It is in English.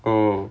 oh